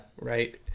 Right